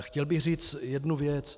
Chtěl bych říci jednu věc.